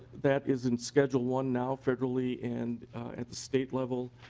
that is and schedule one now federally and at the state level.